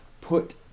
put